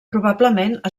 probablement